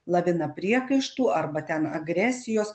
lavina priekaištų arba ten agresijos